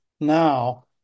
now